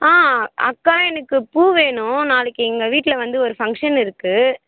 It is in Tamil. ஆ அக்கா எனக்கு பூ வேணும் நாளைக்கு எங்கள் வீட்டில் வந்து ஒரு ஃபங்க்ஷன் இருக்கு